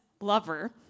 lover